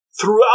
throughout